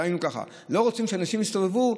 דהיינו: לא רוצים שאנשים יסתובבו,